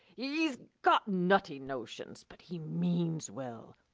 he's got nutty notions. but he means well,